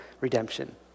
redemption